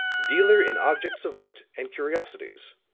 dealer in objects of art and curiosities.